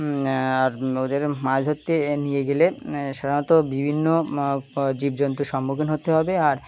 আর ওদের মাছ ধরতে নিয়ে গেলে সাধারণত বিভিন্ন জীবজন্তু সম্মুখীন হতে হবে আর